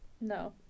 No